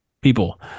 people